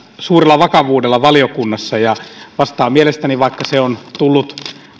suurella vakavuudella valiokunnassa ja mielestäni vaikka se on tullut